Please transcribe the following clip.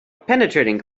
penetrating